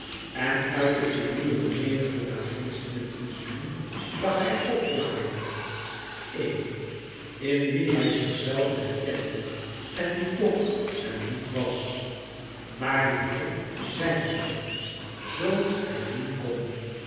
en uit de krioelende menigte daarginds in het vizioen zag hij opklaren éen in wien hij zichzelven herkende en die toch hem niet was maar die hij zijn zoû zoo hij den kon